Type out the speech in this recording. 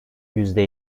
yüzde